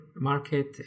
market